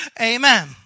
Amen